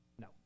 No